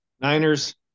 Niners